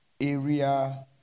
area